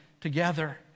together